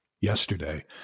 yesterday